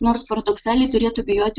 nors paradoksaliai turėtų bijoti